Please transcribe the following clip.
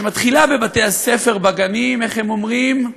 שמתחילה בבתי-הספר, בגנים, איך הם אומרים?